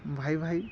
ଭାଇ ଭାଇ